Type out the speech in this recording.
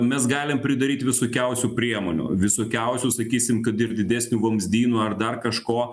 mes galim pridaryt visokiausių priemonių visokiausių sakysim kad ir didesnių vamzdynų ar dar kažko